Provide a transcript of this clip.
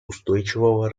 устойчивого